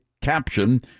caption